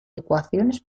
ecuaciones